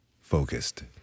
focused